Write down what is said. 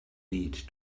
need